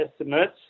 estimates